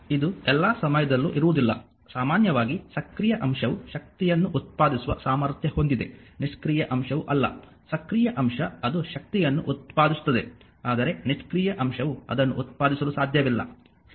ಇದು ಎಲ್ಲ ಸಮಯದಲ್ಲೂ ಇರುವುದಿಲ್ಲ ಸಾಮಾನ್ಯವಾಗಿ ಸಕ್ರಿಯ ಅಂಶವು ಶಕ್ತಿಯನ್ನು ಉತ್ಪಾದಿಸುವ ಸಾಮರ್ಥ್ಯ ಹೊಂದಿದೆ ನಿಷ್ಕ್ರಿಯ ಅಂಶವು ಅಲ್ಲ ಸಕ್ರಿಯ ಅಂಶ ಅದು ಶಕ್ತಿಯನ್ನು ಉತ್ಪಾದಿಸುತ್ತದೆ ಆದರೆ ನಿಷ್ಕ್ರಿಯ ಅಂಶವು ಅದನ್ನು ಉತ್ಪಾದಿಸಲು ಸಾಧ್ಯವಿಲ್ಲ